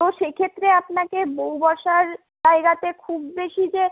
তো সেক্ষেত্রে আপনাকে বউ বসার জায়গাতে খুব বেশি যে